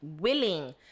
willing